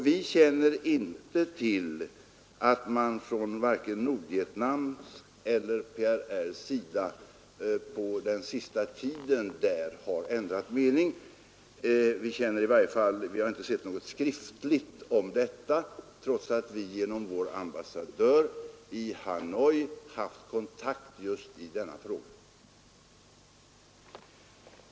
Vi känner inte till att man ändrat mening vare sig på PRR:s eller på Nordvietnams sida under den senaste tiden; vi har i varje fall inte sett något skriftligt om detta trots att vi genom vår ambassadör i Hanoi haft kontakt just i denna fråga.